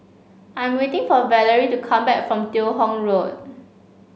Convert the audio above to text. I'm waiting for Valerie to come back from Teo Hong Road